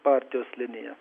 partijos liniją